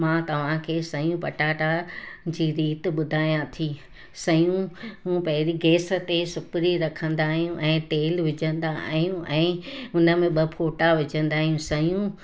मां तवां खे सयूं पटाटा जी रीत ॿुधायां थी सयूं पहिरीं गैस ते सिपरी रखंदा आहियूं ऐं तेल विझंदा आहियूं ऐं हुन में ॿ फोटा विझंदा आहियूं सयूं